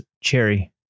Cherry